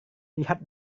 lihat